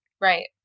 Right